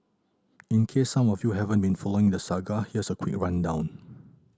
in case some of you haven't been following the saga here's a quick rundown